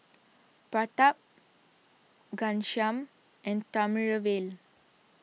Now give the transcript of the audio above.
Pratap Ghanshyam and Thamizhavel